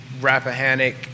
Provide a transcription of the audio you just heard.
Rappahannock